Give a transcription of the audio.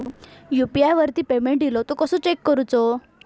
UPI वरती payment इलो तो कसो चेक करुचो?